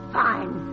fine